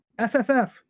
FFF